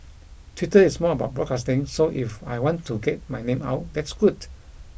Twitter is more about broadcasting so if I want to get my name out that's good